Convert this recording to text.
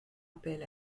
appel